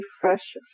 fresh